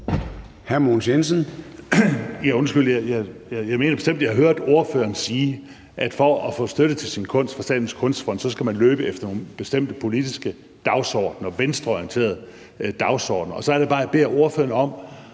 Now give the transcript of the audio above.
jeg mener bestemt, at jeg hørte ordføreren sige, at for at få støtte til sin kunst, fra Statens Kunstfond, skal man løbe efter nogle bestemte venstreorienterede politiske dagsordener. Så er det, jeg beder ordføreren om